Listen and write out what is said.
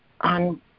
on